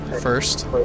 first